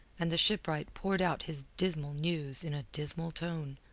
and the shipwright poured out his dismal news in a dismal tone.